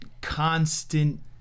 Constant